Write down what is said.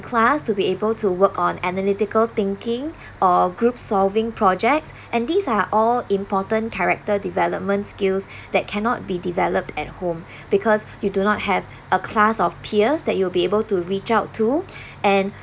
class to be able to work on analytical thinking or group solving projects and these are all important character development skills that cannot be developed at home because you do not have a class of peers that you will be able to reach out to and